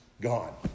gone